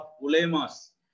Ulemas